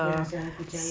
ya macam aku